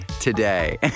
today